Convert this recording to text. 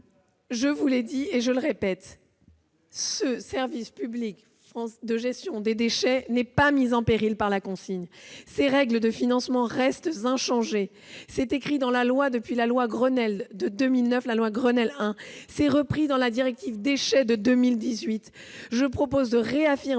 Je vous l'ai déjà dit, et je le répète, ce service public de gestion des déchets n'est pas mis en péril par la consigne. Ses règles de financement restent inchangées. C'est écrit dans la loi, depuis la loi Grenelle I de 2009. C'est repris dans la directive Déchets de 2018. Je propose de réaffirmer